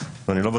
ואני לא בטוח.